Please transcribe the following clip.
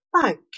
bank